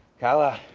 kyle out.